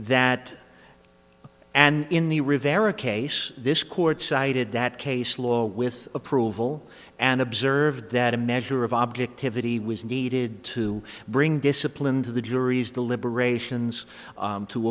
that and in the rivera case this court cited that case law with approval and observed that a measure of objectivity was needed to bring discipline to the jury's deliberations